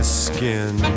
skin